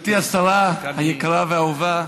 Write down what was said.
גברתי השרה היקרה והאהובה,